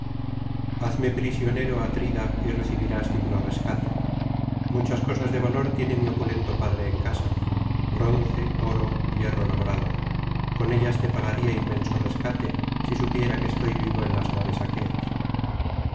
hazme prisionero atrida y recibirás digno rescate muchas cosas de valor tiene mi opulento padre en casa bronce oro hierro labrado con ellas te pagaría inmenso rescate si supiera que estoy vivo en las naves aqueas